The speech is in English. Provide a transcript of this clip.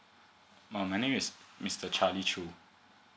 um my name is mister charlie choo